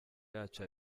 yacu